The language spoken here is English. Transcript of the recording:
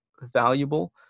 valuable